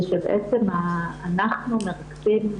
זה שבעצם אנחנו מרכזים,